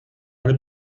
eine